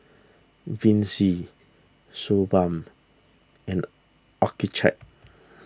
Vichy Suu Balm and Accucheck